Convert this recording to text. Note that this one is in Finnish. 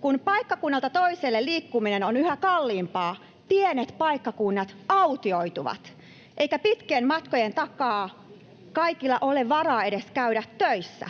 Kun paikkakunnalta toiselle liikkuminen on yhä kalliimpaa, pienet paikkakunnat autioituvat eikä pitkien matkojen takaa kaikilla ole varaa edes käydä töissä.